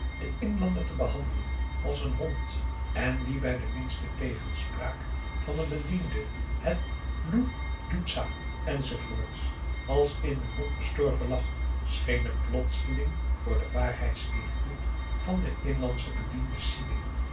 den inlander te behandelen als een hond en wie bij de minste tegenspraak van een bediende het l o e d j o e s t a enz als in den mond bestorven lag schenen plotseling voor de waarheidsliefde van den inlandschen bediende sidin